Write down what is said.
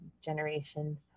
generations